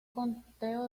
conteo